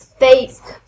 fake